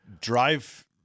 drive